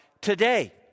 today